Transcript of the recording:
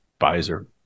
visor